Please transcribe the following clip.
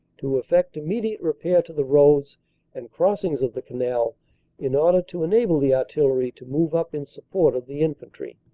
to effect immediate repair to the roads and crossings of the canal in order to enable the artillery to move up in support of the infantry.